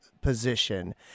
position